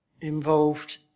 involved